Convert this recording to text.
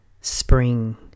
spring